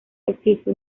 existe